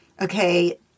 Okay